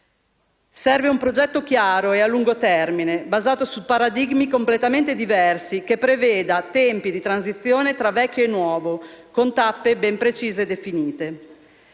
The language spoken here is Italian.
Serve un progetto chiaro e a lungo termine, basato su paradigmi del tutto diversi, che preveda tempi di transizione tra vecchio e nuovo, con tappe ben precise e definite.